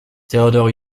théodore